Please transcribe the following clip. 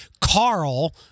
Carl